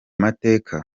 mateka